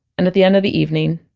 and at the end of the evening,